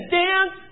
dance